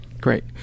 great